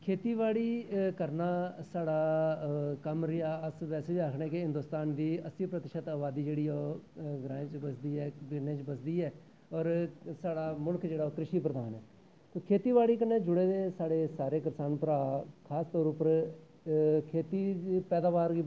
खेती बाड़ी करना साढ़ा कम्म रेहा अस आक्खनें कि अस्सी प्रतिशत अवादी जेह्ड़ी ओह् ग्राएं च बसदी ऐ और साढ़ा मुल्ख जेह्ड़ा कृषी प्रधान आ खेत्ती बाड़ी कन्नै जुड़े दे साढ़े सारे करसान भ्रा खासतौर उप्पर खेत्ता पैदाबार गी